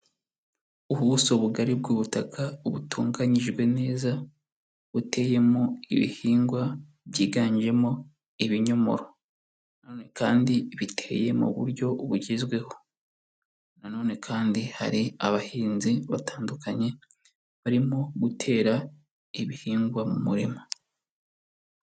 Ubuso bugari bw'ubutaka butunganyijwe neza, buteyemo ibihingwa byiganjemo ibinyomoro na none kandi biteye mu buryo bugezweho na none kandi hari abahinzi batandukanye barimo gutera ibihingwa mu murima.